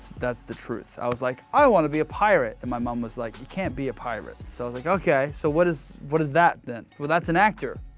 that's the truth. i was like, i wanna be a pirate! and my mom was like, you can't be a pirate. so i was like, okay, so what is what is that then? well that's an actor,